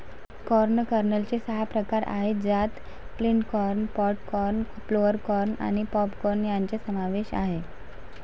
corn कर्नलचे सहा प्रकार आहेत ज्यात flint corn, pod corn, flour corn आणि पॉप कॉर्न यांचा समावेश आहे